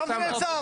ושם זה נעצר.